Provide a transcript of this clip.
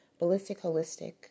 BallisticHolistic